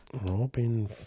Robin